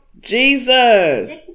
Jesus